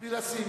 בלי לשים.